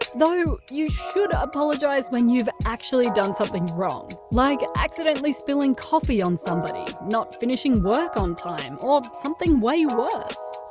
though, you should apologise when you've actually done something wrong, like accidentally spilling coffee on somebody, not finishing work on time or something way worse.